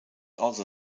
also